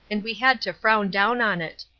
and we had to frown down on it.